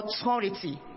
authority